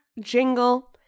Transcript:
jingle